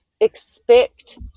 expect